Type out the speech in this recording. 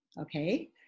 Okay